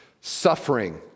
suffering